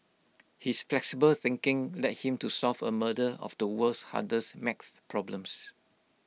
his flexible thinking led him to solve A murder of the world's hardest max problems